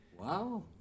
Wow